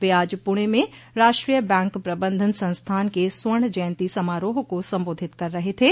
वे आज पुणे में राष्ट्रीय बैंक प्रबंधन संस्थान के स्वर्ण जयंती समारोह को सम्बोधित कर रहे थे